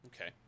okay